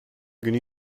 günü